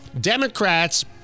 Democrats